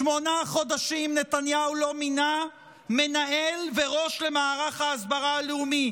שמונה חודשים נתניהו לא מינה מנהל וראש למערך ההסברה הלאומי,